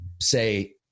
say